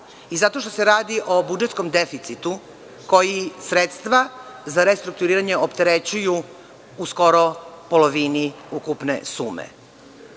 i zato što se radi o budžetskom deficitu koji sredstva za restrukturiranje opterećuju u skoro polovini ukupne sume. Ako